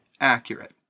accurate